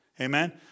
Amen